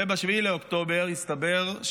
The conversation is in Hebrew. ב-7 באוקטובר הסתבר,